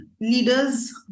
leaders